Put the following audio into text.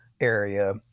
area